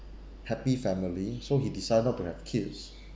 happy family so he decide not to have kids